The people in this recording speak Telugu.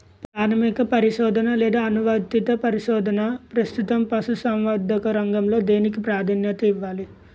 ప్రాథమిక పరిశోధన లేదా అనువర్తిత పరిశోధన? ప్రస్తుతం పశుసంవర్ధక రంగంలో దేనికి ప్రాధాన్యత ఇవ్వాలి?